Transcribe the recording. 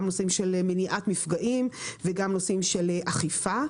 גם נושאים של מניעת מפגעים וגם נושאים של אכיפה.